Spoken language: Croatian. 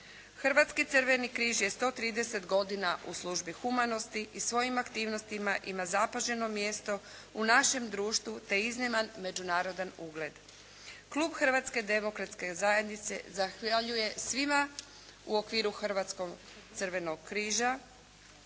Hrvatski crveni križ je 130 godina u službi humanosti i svojim aktivnostima ima zapaženo mjesto u našem društvu te izniman međunarodan ugled. Klub Hrvatske demokratske zajednice zahvaljuje svima u okviru Hrvatskog crvenog križa